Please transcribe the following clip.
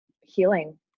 healing